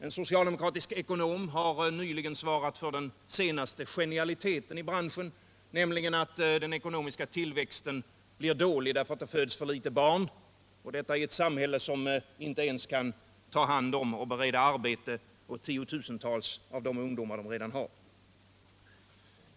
En socialdemokratisk ekonom har nyligen svarat för den senaste genialiteten i branschen, nämligen att den ekonomiska tillväxten blir dålig därför att det föds för litet barn — detta i ett samhälle som inte ens kan ta hand om och bereda arbete åt tiotusentals av de många ungdomar det redan har.